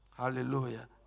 Hallelujah